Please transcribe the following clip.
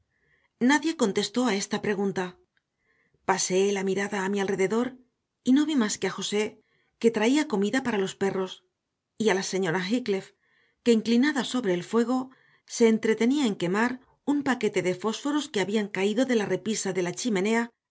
nadie contestó a esta pregunta paseé la mirada a mi alrededor y no vi más que a josé que traía comida para los perros y a la señora heathcliff que inclinada sobre el fuego se entretenía en quemar un paquete de fósforos que habían caído de la repisa de la chimenea